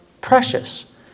precious